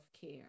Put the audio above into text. care